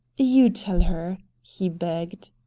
you tell her, he begged.